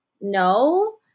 No